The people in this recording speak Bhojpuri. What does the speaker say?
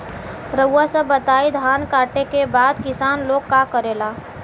रउआ सभ बताई धान कांटेके बाद किसान लोग का करेला?